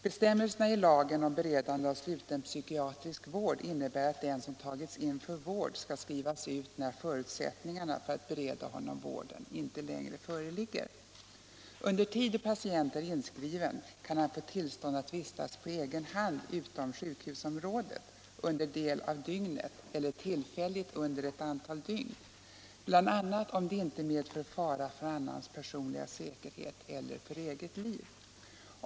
Bestämmelserna i lagen om beredande av sluten psykiatrisk vård innebär att den som tagits in för vård skall skrivas ut när förutsättningarna vård för att bereda honom vården inte längre föreligger. Under tid då patienten är inskriven kan han få tillstånd att vistas på egen hand utom sjukhusområdet under del av dygnet eller tillfälligt under ett antal dygn, bl.a. om det inte medför fara för annans personliga säkerhet eller för eget liv.